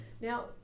Now